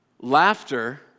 Laughter